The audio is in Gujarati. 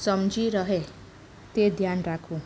સમચી રહે તે ધ્યાન રાખવું